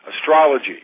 astrology